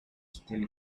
still